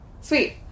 Sweet